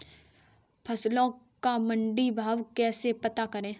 फसलों का मंडी भाव कैसे पता करें?